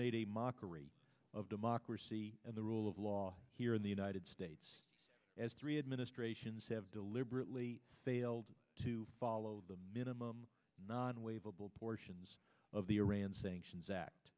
made a mockery of democracy and the rule of law here in the united states as three administrations have deliberately failed to follow the minimum non wave above portions of the iran sanctions